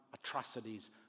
atrocities